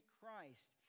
Christ